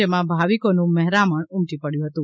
જેમાં ભાવિકોનું મહેરામણ ઉમટી પડ્યું હતું